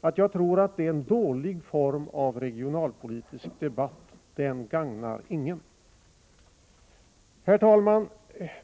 att jag tror att det är en dålig form av regionalpolitisk debatt — den gagnar ingen. Herr talman!